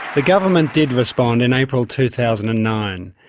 the government did respond in april two thousand and nine.